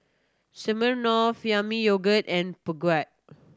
Smirnoff Yami Yogurt and Peugeot